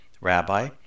Rabbi